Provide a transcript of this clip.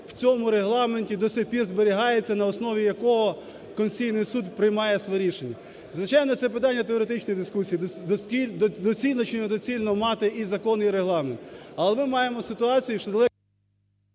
в цьому регламенті до сих пір зберігається, на основі якого Конституційний Суд приймає своє рішення. Звичайно, це питання теоретичної дискусії, доцільно чи не доцільно мати і закон, і регламент. Але ми маємо ситуацію, що… ГОЛОВУЮЧИЙ.